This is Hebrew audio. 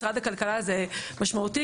משרד הכלכלה זה משמעותי,